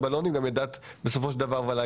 הבלון השני זאת הרמיסה והבריונות.